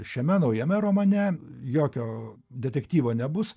šiame naujame romane jokio detektyvo nebus